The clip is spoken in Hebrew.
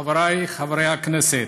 חבריי חברי הכנסת,